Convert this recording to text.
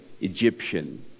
Egyptian